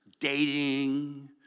dating